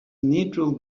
neutral